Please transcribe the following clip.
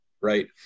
Right